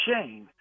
Shane